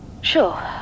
Sure